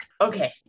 Okay